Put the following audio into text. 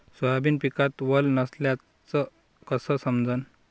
Soybean पिकात वल नसल्याचं कस समजन?